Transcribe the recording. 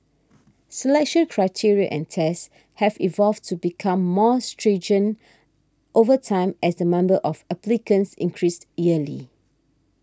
selection criteria and tests have evolved to become more stringent over time as the member of applicants increased yearly